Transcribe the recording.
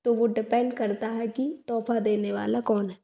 तो वह डिपेंड करता है कि तोहफा देने वाला कौन है